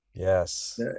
Yes